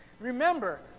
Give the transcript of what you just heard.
Remember